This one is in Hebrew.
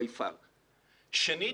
שנית,